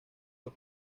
los